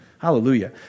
hallelujah